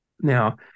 Now